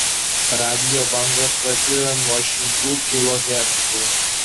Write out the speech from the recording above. radijo bangos prasideda nuo šimtų kilohercų